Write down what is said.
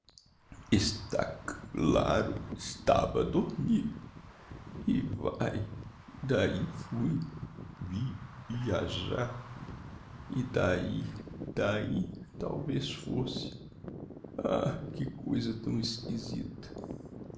c laro estava a dormir e vae d'ahi fui vi viajar e d'ahi d'ahi talvez fosse ah que coisa tão exquisita